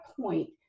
point